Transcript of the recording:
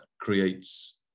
creates